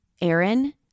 Aaron